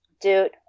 Dude